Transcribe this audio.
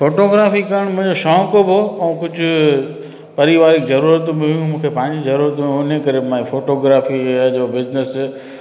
photography करणु मुंहिंजो शौक़ु हुओ ऐं कुझु पारिवारिक ज़रूरत बि हुयूं मूंखे पंहिंजी ज़रूरतूं हुयूं हुन करे मां फोटोग्राफी जो बिज़नस